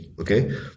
Okay